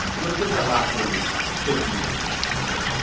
let's give that last one fifty years or so.